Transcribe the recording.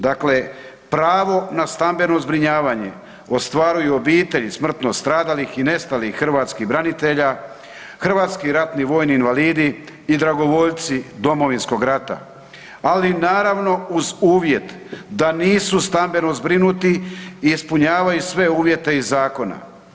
Dakle, pravo na stambeno zbrinjavanje ostvaruju obitelji smrtno stradalih i nestalih hrvatskih branitelja, hrvatski ratni vojni invalidi i dragovoljci Domovinskog rata, ali naravno uz uvjet da nisu stambeno zbrinuti i ispunjavaju sve uvjete iz zakona.